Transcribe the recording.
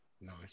nice